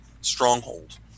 stronghold